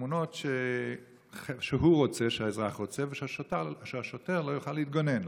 תמונות שהאזרח רוצה כדי שהשוטר לא יוכל להתגונן.